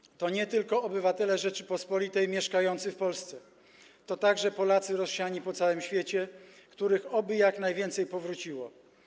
Polska to nie tylko obywatele Rzeczypospolitej mieszkający w Polsce, to także Polacy rozsiani po całym świecie, których oby jak najwięcej powróciło.